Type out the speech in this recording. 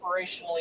operationally